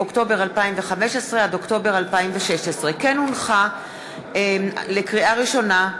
אוקטובר 2015 עד אוקטובר 2016. לקריאה ראשונה,